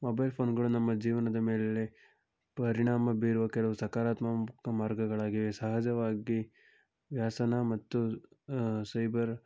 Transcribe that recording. mobile ಫೋನ್ಗಳು ನಮ್ಮ ಜೀವನದ ಮೇಲೆ ಪರಿಣಾಮ ಬೀರುವ ಕೆಲವು ಸಕಾರಾತ್ಮಕ ಮಾರ್ಗಗಳಾಗಿವೆ ಸಹಜವಾಗಿ ವ್ಯಸನ ಮತ್ತು ಸೈಬರ್